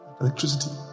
electricity